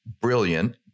brilliant